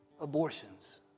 abortions